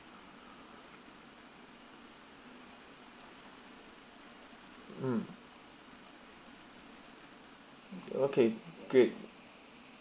mm okay great